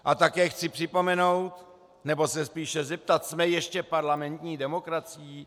A také chci připomenout, nebo se spíše zeptat jsme ještě parlamentní demokracií?